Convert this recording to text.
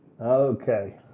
Okay